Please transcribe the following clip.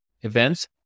events